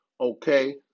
Okay